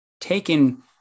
taken